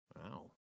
Wow